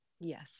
Yes